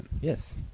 yes